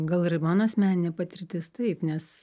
gal ir mano asmeninė patirtis taip nes